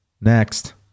Next